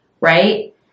right